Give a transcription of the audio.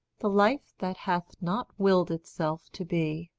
the life that hath not willed itself to be,